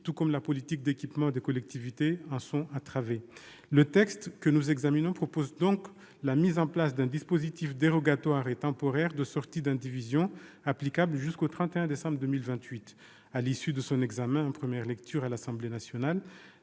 tout comme la politique d'équipement des collectivités territoriales en sont entravées. Le texte que nous examinons propose donc la mise en place d'un dispositif dérogatoire et temporaire de sortie d'indivision, applicable jusqu'au 31 décembre 2028. À l'issue de son examen en première lecture à l'Assemblée nationale,